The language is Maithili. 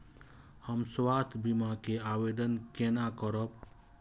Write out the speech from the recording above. हम स्वास्थ्य बीमा के आवेदन केना करब?